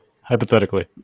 hypothetically